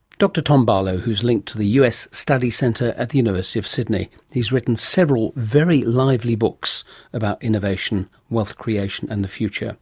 dr tom barlow who's linked to the us study centre at the university of sydney. he's written several very lively books about innovation, wealth creation and the future.